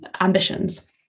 ambitions